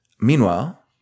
Meanwhile